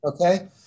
okay